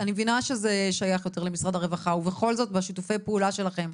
אני מבינה שזה שייך יותר למשרד הרווחה וכל זאת מהשיתופי פעולה שלכם,